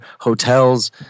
hotels